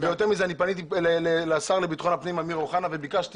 אני פניתי לשר לביטחון הפנים אמיר אוחנה וביקשתי